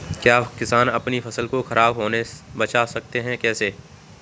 क्या किसान अपनी फसल को खराब होने बचा सकते हैं कैसे?